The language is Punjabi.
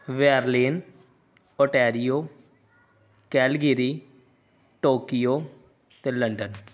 ਬੈਰਲੀਨ ਓਟੈਰੀਓ ਕੈਲਗਿਰੀ ਟੋਕੀਓ ਅਤੇ ਲੰਡਨ